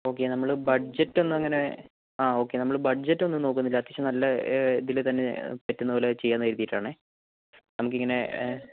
okay നമ്മൾ budget ഒന്നും അങ്ങനെ ആ ഒക്കെ നമ്മൾ ബഡ്ജറ്റ് ഒന്നും നോക്കുന്നില്ല അത്യാവശ്യം നല്ല ഇതിൽ തന്നെ പറ്റുന്നത് പോലെ ചെയ്യാം എന്ന് കരുതിയിട്ടാണേ നമുക്കിങ്ങനെ